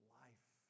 life